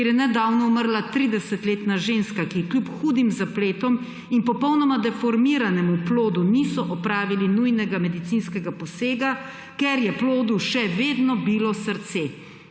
kjer je nedavno umrla 30-letna ženska, ki ji kljub hudim zapletom in popolnoma deformiranem plodu niso opravili nujnega medicinskega posega, ker je plodu še vedno bilo srce.